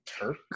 Turk